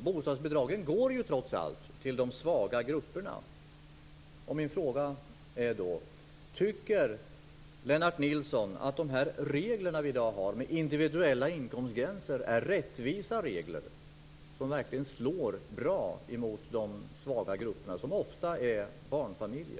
Bostadsbidragen går ju trots allt till de svaga grupperna. Min fråga är: Tycker Lennart Nilsson att de regler med individuella inkomstgränser som vi har i dag är rättvisa och att de slår på ett bra sätt mot de svaga grupperna som ofta är barnfamiljer?